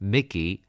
Mickey